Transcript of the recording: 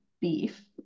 beef